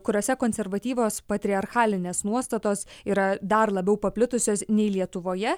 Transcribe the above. kuriose konservatyvios patriarchalinės nuostatos yra dar labiau paplitusios nei lietuvoje